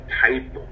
type